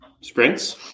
Sprints